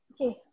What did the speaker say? Okay